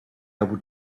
able